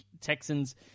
Texans